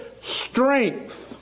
strength